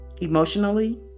Emotionally